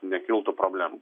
nekiltų problemų